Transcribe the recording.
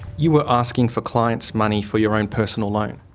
you were asking for clients' money for your own personal loan.